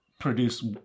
Produce